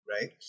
right